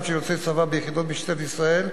של יוצאי צבא ביחידות משטרת ישראל,